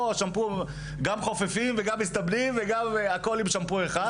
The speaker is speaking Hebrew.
וגם חופפים וגם מסתבנים הכול עם שמפו אחד.